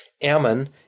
Ammon